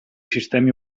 sistemi